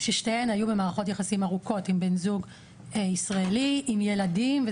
ששתיהן היו במערכות יחסים ארוכות עם בן זוג ישראלי עם ילדים,